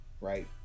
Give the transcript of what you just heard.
right